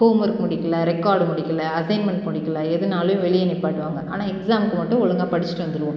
home work முடிக்கலை record முடிக்கலை assignment முடிக்கலை எதுனாலும் வெளியே நிற்பாட்டுவாங்க ஆனால் எக்ஸாம்சுக்கு மட்டும் ஒழுங்காக படிச்சுட்டு வந்துவிடுவோம்